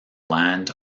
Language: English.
land